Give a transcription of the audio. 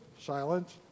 silence